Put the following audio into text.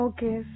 Okay